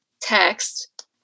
text